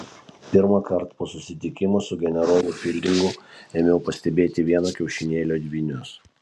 pirmąkart po susitikimo su generolu fildingu ėmiau pastebėti vieno kiaušinėlio dvynius